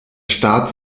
staat